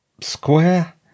square